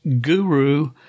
guru